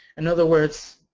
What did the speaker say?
in other words,